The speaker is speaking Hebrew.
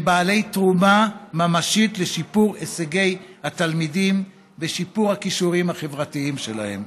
בעלי תרומה ממשית לשיפור הישגי התלמידים ושיפור הכישורים החברתיים שלהם.